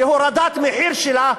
להורדת המחיר שלה,